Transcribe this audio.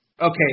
Okay